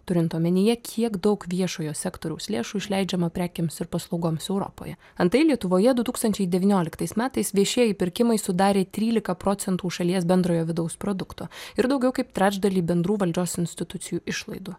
turint omenyje kiek daug viešojo sektoriaus lėšų išleidžiama prekėms ir paslaugoms europoje antai lietuvoje du tūkstančiai devynioliktais metais viešieji pirkimai sudarė trylika procentų šalies bendrojo vidaus produkto ir daugiau kaip trečdalį bendrų valdžios institucijų išlaidų